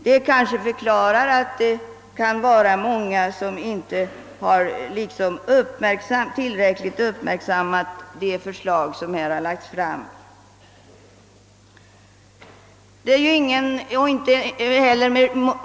Detta förhållande kan ha medfört att många ledamöter inte har tillräckligt uppmärksammat förslaget.